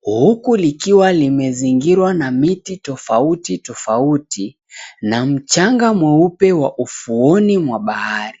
huku likiwa limezingirwa na miti tofauti tofauti na mchanga mweupe wa ufuoni mwa bahari.